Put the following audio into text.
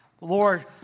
Lord